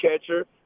catcher